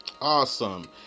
Awesome